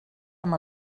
amb